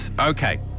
Okay